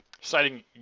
Citing